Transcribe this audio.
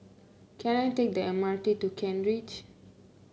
can I take the M R T to Kent Ridge